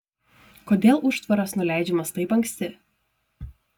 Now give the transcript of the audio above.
kodėl užtvaras nuleidžiamas taip anksti